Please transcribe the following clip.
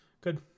Good